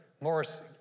Morris